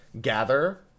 Gather